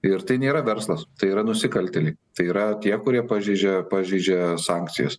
ir tai nėra verslas tai yra nusikaltėliai tai yra tie kurie pažeidžia pažeidžia sankcijas